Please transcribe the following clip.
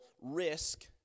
risk